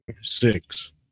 Six